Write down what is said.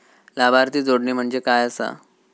लाभार्थी जोडणे म्हणजे काय आसा?